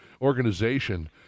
organization